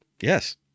Yes